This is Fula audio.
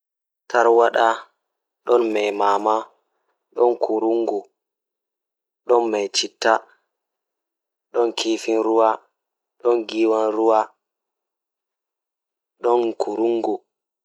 Woodi liddi jei be wiyata dum kurungu, woodi loopewu, woodi jei be wiyata dum banda woodi liddi parpasa, woodi tarwada, woodi perteeji, woodi koode jei be wiyata dum starfish, woodi loopewu, bendeeji, woodi perteeji, woodi kordeeji.